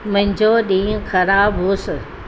मुंहिंजो ॾींहुं ख़राब हुओसि